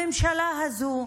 הממשלה הזאת,